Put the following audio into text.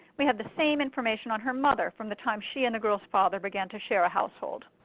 we have the same information on her mother from the time she and the girls father began to share a household.